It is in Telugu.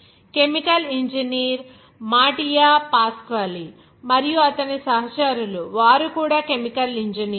కెమికల్ ఇంజనీర్ మాటియో పాస్క్వాలి మరియు అతని సహచరులు వారు కూడా కెమికల్ ఇంజనీర్లు